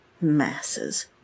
Masses